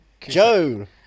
Joan